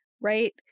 right